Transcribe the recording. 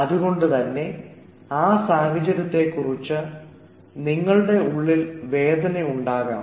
അതുകൊണ്ടുതന്നെ ആ സാഹചര്യത്തെ കുറിച്ച് നിങ്ങളുടെ ഉള്ളിൽ വേദന ഉണ്ടാകാം